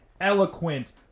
eloquent